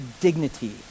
dignity